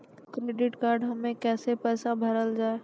Credit card हम्मे कैसे पैसा भरल जाए?